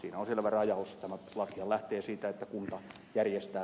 tämä lakihan lähtee siitä että kunta järjestää